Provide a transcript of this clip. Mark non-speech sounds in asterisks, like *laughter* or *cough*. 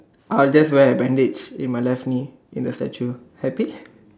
I'll just wear a bandage in my left knee in the statue happy *breath*